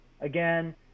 Again